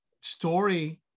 story